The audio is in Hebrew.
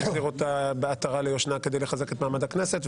נחזיר עטרה ליושנה כדי לחזק את מעמד הכנסת,